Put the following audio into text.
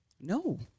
No